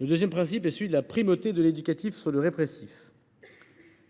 Le deuxième principe est celui de la primauté de l’éducatif sur le répressif,